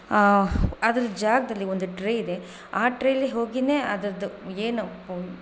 ಅದರ ಜಾಗದಲ್ಲಿ ಒಂದು ಟ್ರೇ ಇದೆ ಆ ಟ್ರೇಯಲ್ಲಿ ಹೋಗಿನೇ ಅದರದ್ದು ಏನು